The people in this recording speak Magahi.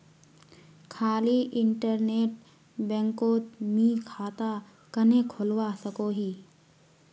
खाली इन्टरनेट बैंकोत मी खाता कन्हे खोलवा सकोही?